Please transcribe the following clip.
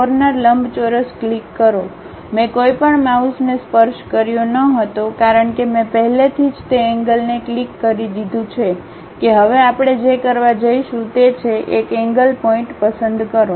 corner લંબચોરસ click કરો મેં કોઈપણ માઉસને સ્પર્શ કર્યો ન હતો કારણ કે મેં પહેલેથી જ તે એન્ગ્લને ક્લિક કરી દીધું છે કે હવે આપણે જે કરવા જઈશું તે છે એક એન્ગ્લ પોઇન્ટ પસંદ કરો